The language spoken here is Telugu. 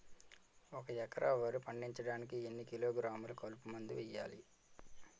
ఒక ఎకర వరి పండించటానికి ఎన్ని కిలోగ్రాములు కలుపు మందు వేయాలి?